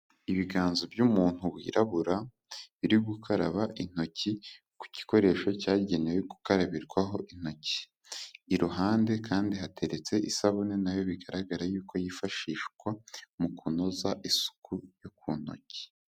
Ibiganza by'umuntu wirabura, biri gukaraba intoki ku gikoresho cyagenewe gukarabirwaho intoki, iruhande kandi hateretse isabune na yo bigaragara yuko yifashishwa mu kunoza isuku yo ku ntoki.